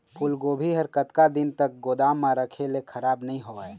फूलगोभी हर कतका दिन तक गोदाम म रखे ले खराब नई होय?